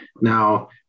now